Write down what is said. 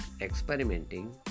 experimenting